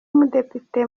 umudepite